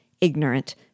ignorant